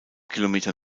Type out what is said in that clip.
kilometer